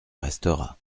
restera